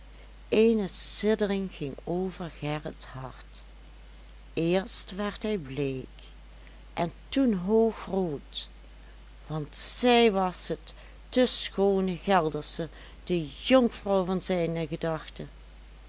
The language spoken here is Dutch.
eene siddering ging over gerrits hart eerst werd hij bleek en toen hoog rood want zij was het de schoone geldersche de jonkvrouw van zijne gedachten